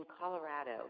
Colorado